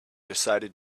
decided